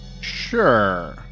Sure